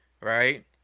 right